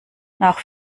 nach